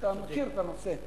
שאתה מכיר את הנושא.